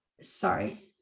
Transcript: sorry